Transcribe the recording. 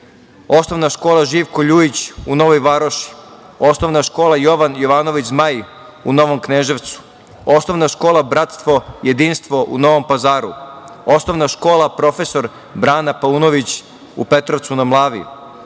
Osnovna škola „Živko Ljujić“ u Novoj Varoši, Osnovna škola „Jovan Jovanović Zmaj“ u Novom Kneževcu, Osnovna škola „Bratstvo i jedinstvo“ u Novom Pazaru, Osnovna škola „Profesor Brana Paunović“ u Petrovcu na Mlavi,